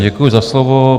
Děkuji za slovo.